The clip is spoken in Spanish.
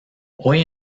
hoy